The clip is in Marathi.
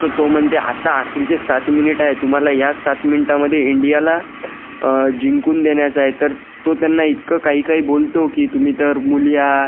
तर तो म्हणते आता आखरीचे सात मिनिट आहेत तुम्हाला या सात मिनिटांमध्ये इंडियाला जिंकून देण्याचं आहे तर तो त्यांना इतकं काही काही बोलतो की तुम्ही तर मुली आहा